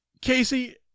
Casey